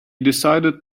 decided